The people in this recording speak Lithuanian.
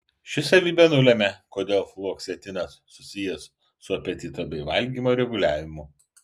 ši savybė nulemia kodėl fluoksetinas susijęs su apetito bei valgymo reguliavimu